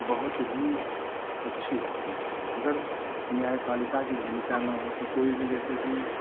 बहुत ही अच्छी होती है अगर न्याय पालिका की भूमिका न हो तो कोई भी जैसे कि